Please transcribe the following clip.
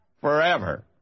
forever